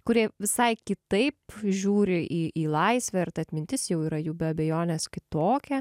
kurie visai kitaip žiūri į į laisvę ir ta atmintis jau yra jų be abejonės kitokia